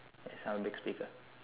yes I'm a big speaker